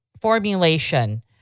formulation